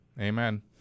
Amen